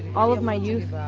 all my youth,